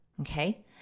okay